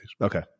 Okay